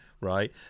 Right